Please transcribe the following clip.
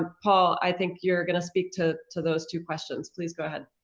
ah paul, i think you're gonna speak to to those two questions, please go ahead.